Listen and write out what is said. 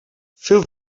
fill